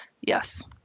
Yes